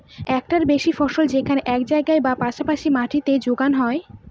একটার বেশি ফসল যেখানে একই জায়গায় বা পাশা পাশি মাটিতে যোগানো হয়